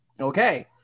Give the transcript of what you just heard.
Okay